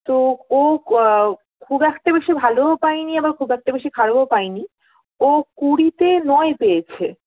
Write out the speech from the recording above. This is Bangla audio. তো ও খুব একটা বেশি ভালোও পায়নি আবার খুব একটা বেশি খারাপও পায়নি ও কুড়িতে নয় পেয়েছে